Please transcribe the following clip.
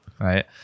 right